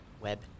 Web